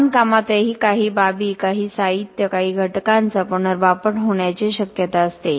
बांधकामातही काही बाबी काही साहित्य काही घटकांचा पुनर्वापर होण्याची शक्यता असते